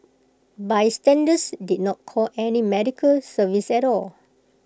bystanders did not call any medical service at all